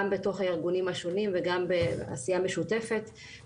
בתוך הארגונים השונים וגם בעשייה משותפת.